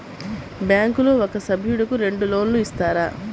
బ్యాంకులో ఒక సభ్యుడకు రెండు లోన్లు ఇస్తారా?